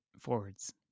forwards